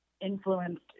influenced